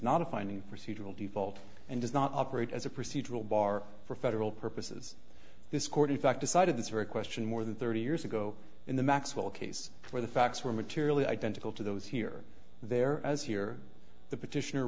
a finding procedural default and does not operate as a procedural bar for federal purposes this court in fact decided this very question more than thirty years ago in the maxwell case where the facts were materially identical to those here there as here the petition